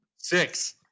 Six